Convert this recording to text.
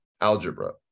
algebra